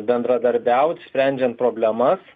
bendradarbiaut sprendžiant problemas